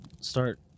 start